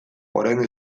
orain